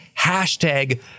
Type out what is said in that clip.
hashtag